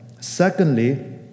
Secondly